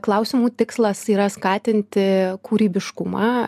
klausimų tikslas yra skatinti kūrybiškumą